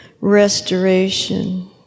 restoration